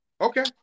Okay